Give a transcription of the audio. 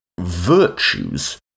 virtues